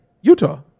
Utah